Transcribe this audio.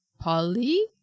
Polly